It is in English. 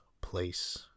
place